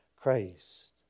Christ